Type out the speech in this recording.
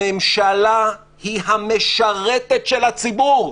הממשלה היא המשרתת של הציבור.